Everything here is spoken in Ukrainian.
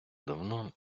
давно